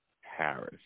Harris